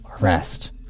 rest